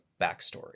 backstory